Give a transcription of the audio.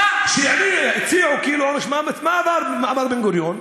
באו, וכשהציעו עונש מוות, מה אמר בן-גוריון?